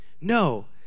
No